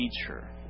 teacher